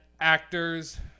actors